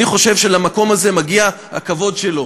אני חושב שלמקום הזה מגיע הכבוד שלו.